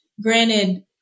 Granted